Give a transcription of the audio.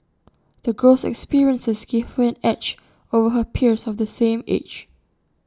the girl's experiences gave her an edge over her peers of the same age